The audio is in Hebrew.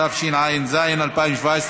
התשע"ז 2017,